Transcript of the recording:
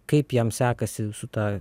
kaip jam sekasi su ta